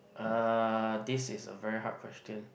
uh this is a very hard question